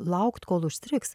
laukt kol užstrigs